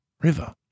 River